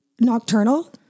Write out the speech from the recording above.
nocturnal